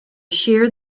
shear